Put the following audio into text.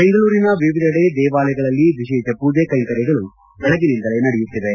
ದೆಂಗಳೂರಿನ ವಿವಿಧೆಡೆ ದೇವಾಲಯಗಳಲ್ಲಿ ವಿಶೇಷ ಪೂಜೆ ಕೈಂಕರ್ಯಗಳು ಬೆಳಗ್ಗೆಯಿಂದಲೇ ನಡೆಯುತ್ತಿವೆ